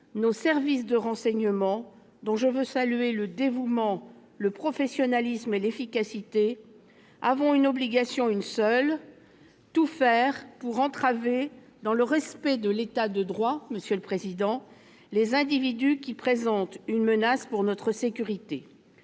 nos services de renseignement, dont je veux saluer le dévouement, le professionnalisme et l'efficacité, ont une obligation et une seule : tout faire pour entraver, dans le respect de l'État de droit, les individus qui présentent une menace pour notre sécurité